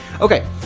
okay